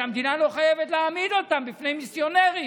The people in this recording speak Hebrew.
שהמדינה לא חייבת להעמיד אותם למיסיונרים.